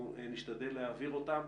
נשתדל להעביר אותם.